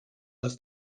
was